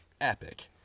epic